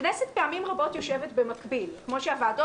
הכנסת פעמים רבות יושבת במקביל כמו שהוועדות